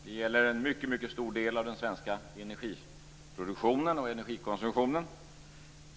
Det gäller en mycket stor del av den svenska energiproduktionen och energikonsumtionen.